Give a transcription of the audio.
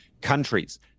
countries